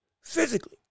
physically